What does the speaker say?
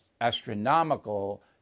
astronomical